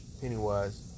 Pennywise